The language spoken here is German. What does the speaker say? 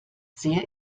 sehr